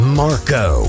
marco